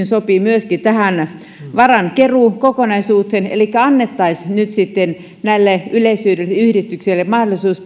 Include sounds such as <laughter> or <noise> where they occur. <unintelligible> sopii myöskin tähän varainkeruukokonaisuuteen elikkä annettaisiin nyt sitten näille yleishyödyllisille yhdistyksille mahdollisuus <unintelligible>